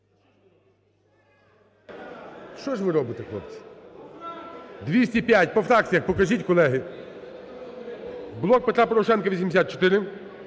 Що ж ви робите, хлопці? 205, по фракціях покажіть, колеги. "Блок Петра Порошенка" –